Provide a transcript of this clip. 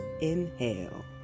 Inhale